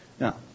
Now